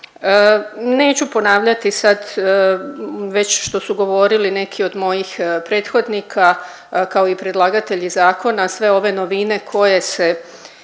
Neću ponavljati sad već što su govorili neki od mojih prethodnika kao i predlagatelji zakona sve ove novine koje se